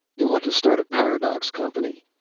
you ought to start a paradox company,